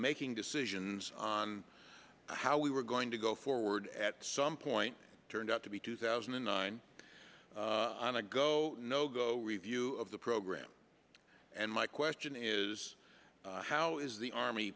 making decisions on how we were going to go forward at some point turned out to be two thousand and nine on a go nogo review of the program and my question is how is the army